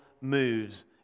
moves